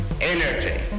energy